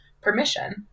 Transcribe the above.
permission